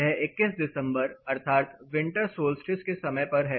यह 21 दिसंबर अर्थात विंटर सोल्स्टिस के समय पर है